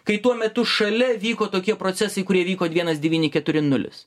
kai tuo metu šalia vyko tokie procesai kurie vyko vienas devyni keturi nulis